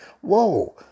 Whoa